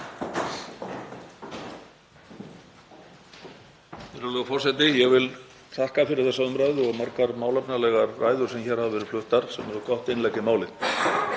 Virðulegur forseti. Ég vil þakka fyrir þessa umræðu og margar málefnalegar ræður sem hér hafa verið fluttar sem eru gott innlegg í málið.